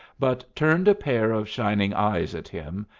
but turned a pair of shining eyes at him,